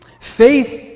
Faith